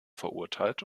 verurteilt